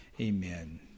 Amen